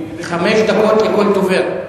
חמש דקות לכל דובר.